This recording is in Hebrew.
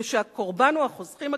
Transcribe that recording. כשהקורבן הוא החוסכים הקטנים,